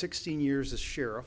sixteen years as sheriff